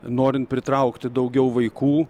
norint pritraukti daugiau vaikų